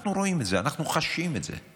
אנחנו רואים את זה, אנחנו חשים את זה.